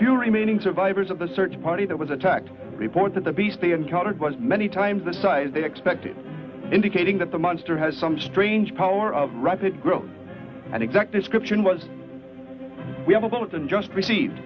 few remaining survivors of the search party that was attacked report that the beast be in charge was many times the size they expected indicating that the monster has some strange power of rapid growth and exact description was we have a bulletin just received